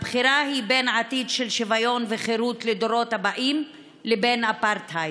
הבחירה היא בין עתיד של שוויון וחירות לדורות הבאים לבין אפרטהייד.